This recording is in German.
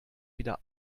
wieder